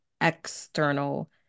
external